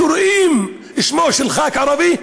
שרואים שמו של ח"כ ערבי,